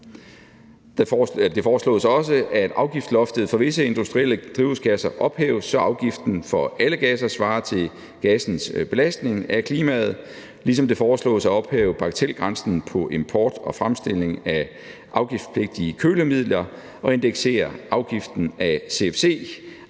Det foreslås også, at afgiftsloftet for visse industrielle drivhusgasser ophæves, så afgiften for alle gasser svarer til gassens belastning af klimaet, ligesom det foreslås at ophæve bagatelgrænsen på import og fremstilling af afgiftspligtige kølemidler og indeksere afgiften af cfc